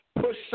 push